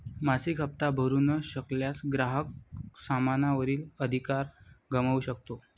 मासिक हप्ता भरू न शकल्यास, ग्राहक सामाना वरील अधिकार गमावू शकतो